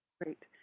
Great